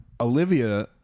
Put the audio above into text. Olivia